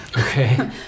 okay